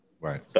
right